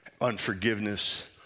unforgiveness